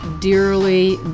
dearly